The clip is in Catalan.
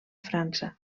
frança